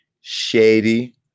Shady